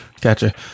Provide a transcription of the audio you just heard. Gotcha